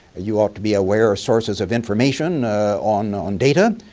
you ought to be aware of sources of information on on data.